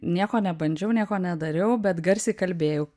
nieko nebandžiau nieko nedariau bet garsiai kalbėjau